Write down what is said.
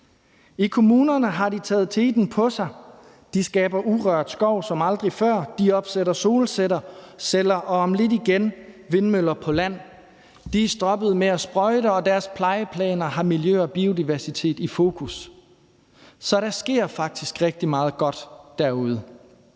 I kommunerne har de taget teten: De skaber urørt skov som aldrig før; de opsætter solceller og om lidt vindmøller på land; de er stoppet med at sprøjte; og deres plejeplaner har miljø og biodiversitet i fokus. Så der sker faktisk rigtig meget godt derude.